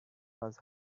was